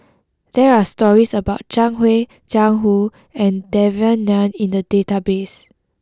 there are stories about Zhang Hui Jiang Hu and Devan Nair in the database